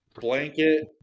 blanket